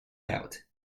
out